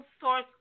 source